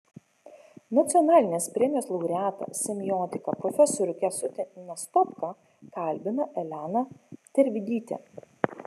nacionalinės premijos laureatą semiotiką profesorių kęstutį nastopką kalbina elena tervidytė